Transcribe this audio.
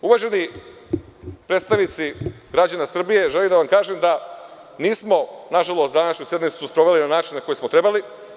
Uvaženi predstavnici građana Srbije, želim da vam kažem da nismo, nažalost, današnju sednicu sproveli na način na koji smo trebali.